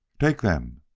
take them!